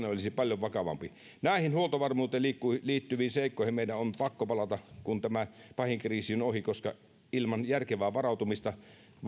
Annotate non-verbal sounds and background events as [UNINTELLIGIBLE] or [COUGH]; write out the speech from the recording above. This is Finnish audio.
[UNINTELLIGIBLE] olisi paljon vakavampi näihin huoltovarmuuteen liittyviin liittyviin seikkoihin meidän on pakko palata kun tämä pahin kriisi on ohi koska ilman järkevää varautumista